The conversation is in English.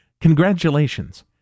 Congratulations